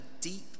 deep